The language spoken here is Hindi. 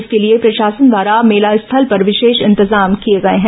इसके लिए प्रशासन द्वारा मेला स्थल पर विशेष इंतजाम किए गए हैं